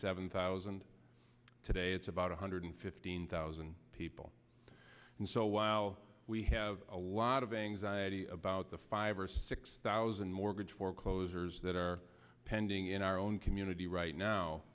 seven thousand today it's about one hundred fifteen thousand people and so while we have a lot of anxiety about the five or six thousand mortgage foreclosures that are pending in our own community right now